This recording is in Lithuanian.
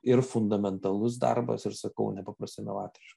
ir fundamentalus darbas ir sakau nepaprastai inovatoriš